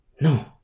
No